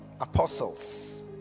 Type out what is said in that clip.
apostles